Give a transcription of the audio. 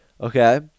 Okay